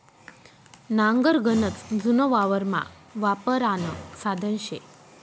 नांगर गनच जुनं वावरमा वापरानं साधन शे